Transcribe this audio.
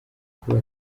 kuba